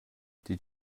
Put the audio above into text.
did